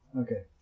okay